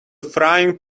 frying